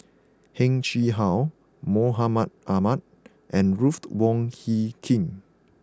Heng Chee How Mahmud Ahmad and Ruth Wong Hie King